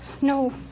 No